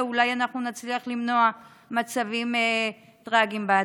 ואולי נצליח למנוע מצבים טרגיים בעתיד?